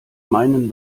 meinen